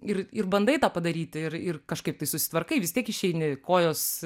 ir ir bandai tą padaryti ir ir kažkaip tai susitvarkai vis tiek išeini kojos